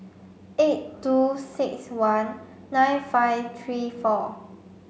eight two six one nine five three four